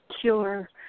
cure